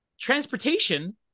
transportation